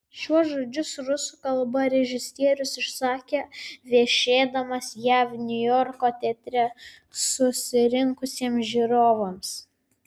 šiuos žodžius rusų kalba režisierius išsakė viešėdamas jav niujorko teatre susirinkusiems žiūrovams